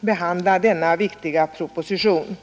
behandla denna viktiga proposition.